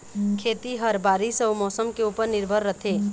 खेती ह बारीस अऊ मौसम के ऊपर निर्भर रथे